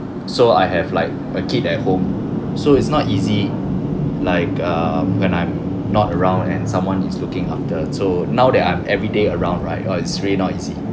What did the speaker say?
so I have like a kid at home so it's not easy like um when I'm not around and someone is looking after so now that I'm every day around right !wow! it's really not easy